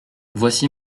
voici